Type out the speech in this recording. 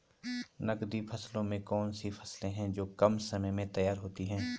नकदी फसलों में कौन सी फसलें है जो कम समय में तैयार होती हैं?